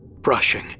brushing